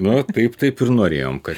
na taip taip ir norėjom kad